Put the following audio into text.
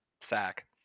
sack